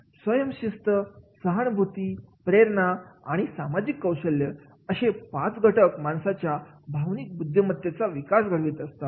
स्वयंशिस्त सहानुभूती प्रेरणा आणि सामाजिक कौशल्य असे पाच घटक माणसाच्या भावनिक बुद्धिमत्तेचा विकास घडवीत असतात